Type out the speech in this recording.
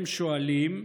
הם שואלים,